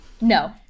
No